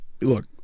Look